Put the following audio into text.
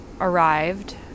arrived